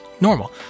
Normal